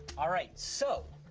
all right, so,